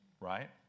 right